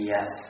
Yes